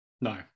no